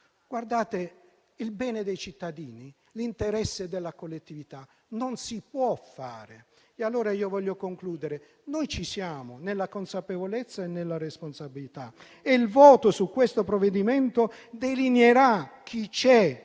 allora il bene dei cittadini e l'interesse della collettività non si potranno fare. Voglio concludere. Noi ci siamo, nella consapevolezza e nella responsabilità, e il voto su questo provvedimento delineerà chi c'è,